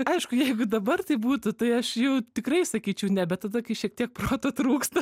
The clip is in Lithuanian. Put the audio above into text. aišku jeigu dabar taip būtų tai aš jau tikrai sakyčiau ne bet tada kai šiek tiek proto trūksta